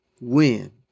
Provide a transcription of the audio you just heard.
win